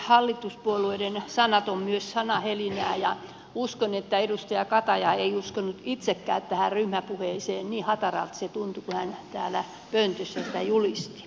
hallituspuolueiden sanat ovat myös sanahelinää ja uskon että edustaja kataja ei uskonut itsekään tähän ryhmäpuheeseen niin hataralta se tuntui kun hän pöntössä sitä julisti